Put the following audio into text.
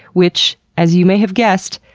which as you may have guessed,